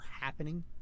happening